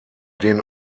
den